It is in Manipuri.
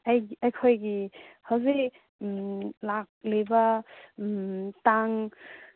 ꯑꯩꯈꯣꯏꯒꯤ ꯍꯧꯖꯤꯛ ꯂꯥꯛꯂꯤꯕ ꯇꯥꯡ